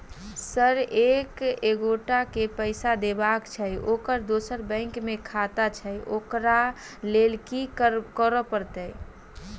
Sir एक एगोटा केँ पैसा देबाक छैय ओकर दोसर बैंक मे खाता छैय ओकरा लैल की करपरतैय?